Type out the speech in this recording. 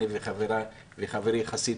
אני וחברי חבר הכנסת חסיד,